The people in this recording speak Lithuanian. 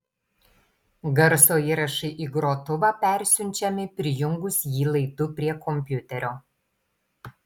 garso įrašai į grotuvą persiunčiami prijungus jį laidu prie kompiuterio